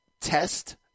Test